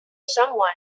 someone